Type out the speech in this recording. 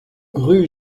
rue